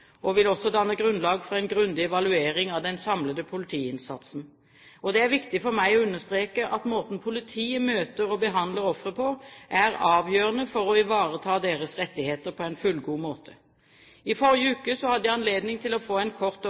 og vil også danne grunnlag for en grundig evaluering av den samlede politiinnsatsen. Det er viktig for meg å understreke at måten politiet møter og behandler ofre på, er avgjørende for å ivareta deres rettigheter på en fullgod måte. I forrige uke hadde jeg anledning til å få en kort orientering fra trondheimspolitiet om deres erfaringer på feltet. Politiet og